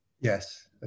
Yes